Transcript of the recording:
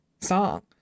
song